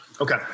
Okay